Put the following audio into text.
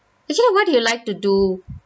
actually what do you like to do